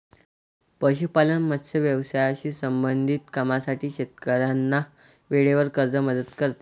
पशुपालन, मत्स्य व्यवसायाशी संबंधित कामांसाठी शेतकऱ्यांना वेळेवर कर्ज मदत करते